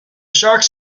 sharks